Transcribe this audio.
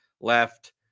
left